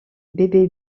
bébés